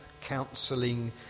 counselling